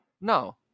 No